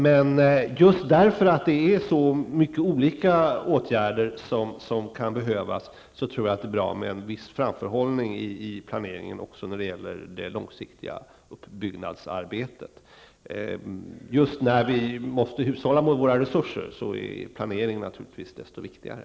Men just därför att det är så många olika åtgärder som kan behövas, tror jag att det är bra med en viss framförhållning i planeringen också när det gäller det långsiktiga uppbyggnadsarbetet. Just nu när vi måste hushålla med våra resurser är planering naturligtvis ännu viktigare.